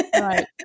Right